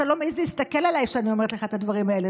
אתה לא מעז להסתכל עליי כשאני אומרת לך את הדברים האלה,